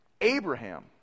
Abraham